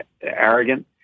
arrogant